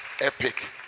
epic